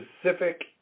specific